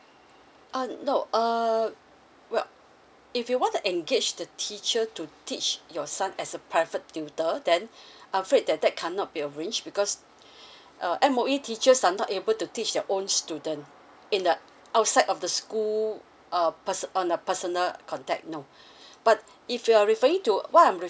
ah no err well if you want to engage the teacher to teach your son as a private tutor then I'm afraid that that cannot be arranged because M_O_E teachers are not able to teach their own student in the outside of the school uh personal on a personal contact no but if you're referring to what I'm